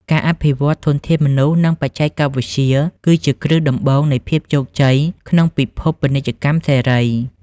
ការអភិវឌ្ឍធនធានមនុស្ស និងបច្ចេកវិទ្យា គឺជាគ្រឹះដំបូងនៃភាពជោគជ័យក្នុងពិភពពាណិជ្ជកម្មសេរី។